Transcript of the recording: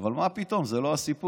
אבל מה פתאום, זה לא הסיפור.